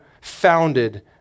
founded